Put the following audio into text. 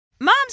Moms